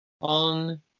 on